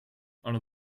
under